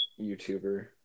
YouTuber